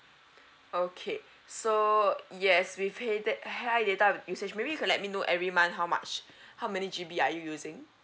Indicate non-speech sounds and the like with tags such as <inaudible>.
okay so yes we pay that high data usage maybe you could let me know every month how much <breath> how many G_B are you using